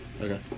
Okay